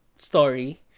Story